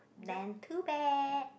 then too bad